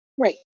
Right